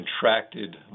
contracted